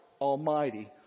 almighty